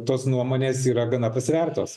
tos nuomonės yra gana pasvertos